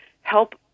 help